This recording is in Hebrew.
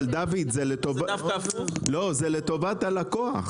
אבל, דוד, זה לטובת הלקוח.